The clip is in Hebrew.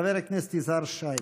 חבר הכנסת יזהר שי.